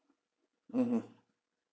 mmhmm